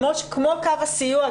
כמו קו הסיוע,